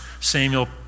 Samuel